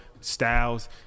Styles